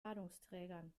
ladungsträgern